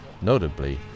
notably